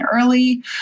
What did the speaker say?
early